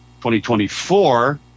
2024